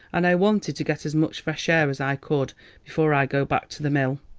and i wanted to get as much fresh air as i could before i go back to the mill.